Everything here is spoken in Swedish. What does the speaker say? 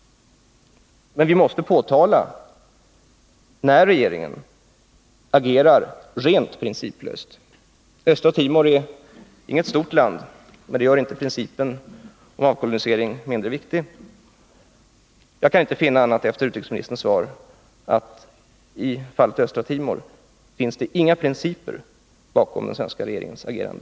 Men när regeringen agerar rent principlöst måste vi påtala det. Östra Timor är inget stort land, men det gör inte principen om avkolonialisering mindre viktig. Jag kan efter utrikesministerns svar inte finna annat än att det i fallet Östra Timor inte finns några principer bakom den svenska regeringens agerande.